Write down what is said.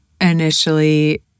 initially